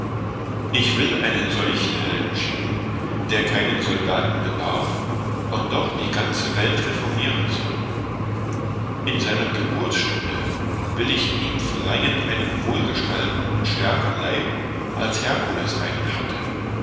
ich will einen solchen helden schicken der keinen soldaten bedarf und doch die ganze welt reformieren soll in seiner geburtstunde will ich ihm verleihen einen wohlgestalten und stärkern leib als herkules einen hatte